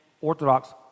Orthodox